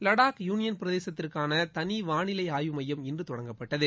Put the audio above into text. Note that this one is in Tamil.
லடாக் யூனியன் பிரதேசத்திற்கான தனி வாளிலை ஆய்வு மையம் இன்று தொடங்கப்பட்டது